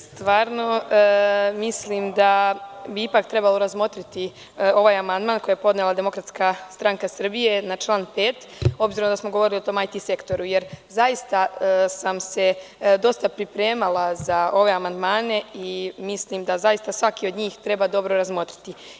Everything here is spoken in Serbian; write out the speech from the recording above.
Stvarno mislim da bi trebalo razmotriti ovaj amandman koji je podnela DSS na član 5, obzirom da smo govorili o tom IT sektoru, jer zaista sam se dosta pripremala za ove amandmane i mislim da svaki od njih treba dobro razmotriti.